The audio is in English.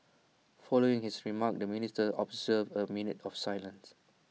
following his remarks the ministers observed A minute of silence